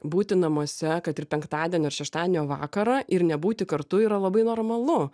būti namuose kad ir penktadienio ar šeštadienio vakarą ir nebūti kartu yra labai normalu